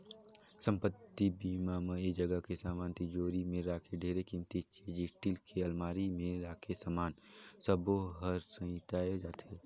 संपत्ति बीमा म ऐ जगह के समान तिजोरी मे राखे ढेरे किमती चीच स्टील के अलमारी मे राखे समान सबो हर सेंइताए जाथे